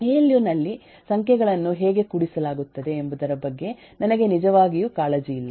A L U ನಲ್ಲಿ ಸಂಖ್ಯೆಗಳನ್ನು ಹೇಗೆ ಕೂಡಿಸಲಾಗುತ್ತದೆ ಎಂಬುದರ ಬಗ್ಗೆ ನನಗೆ ನಿಜವಾಗಿಯೂ ಕಾಳಜಿಯಿಲ್ಲ